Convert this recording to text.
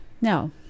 now